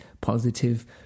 positive